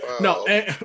No